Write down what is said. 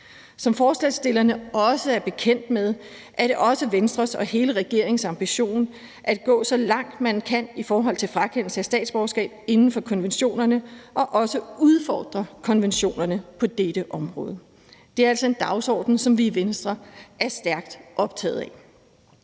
Som forslagsstillerne også er bekendt med, er det også Venstres og hele regeringens ambition at gå så langt, man kan, i forhold til frakendelse af statsborgerskab inden for konventionerne, og også at udfordre konventionerne på dette område. Det er altså en dagsorden, som vi i Venstre er stærkt optaget af.